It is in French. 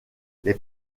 les